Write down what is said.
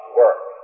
work